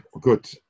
good